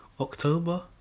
October